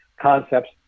concepts